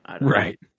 right